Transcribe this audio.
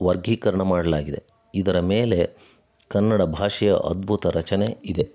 ವರ್ಗೀಕರಣ ಮಾಡಲಾಗಿದೆ ಇದರ ಮೇಲೆ ಕನ್ನಡ ಭಾಷೆಯ ಅದ್ಭುತ ರಚನೆ ಇದೆ